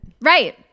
right